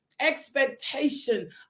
expectation